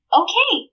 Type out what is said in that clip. okay